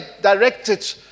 directed